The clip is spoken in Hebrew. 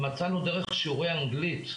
מצאנו דרך שיעורי אנגלית.